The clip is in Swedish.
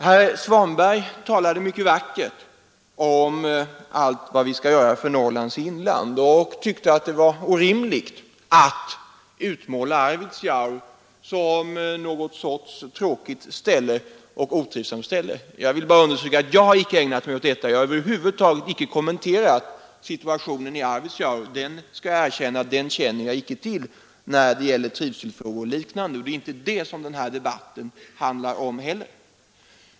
Herr Svanberg talade mycket om allt vad vi skall göra för Norrlands inland och tyckte att det var orimligt att utmåla Arvidsjaur som ett tråkigt och otrivsamt ställe. Jag vill bara understryka att jag icke har ägnat mig åt detta. Jag har över huvud taget icke kommenterat situationen i Arvidsjaur — jag känner inte till den vad gäller trivselfrågor och liknande, och det är inte det som den här debatten handlar om heller.